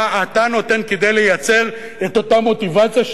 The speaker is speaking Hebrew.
מה אתה נותן כדי לייצר את אותה מוטיבציה,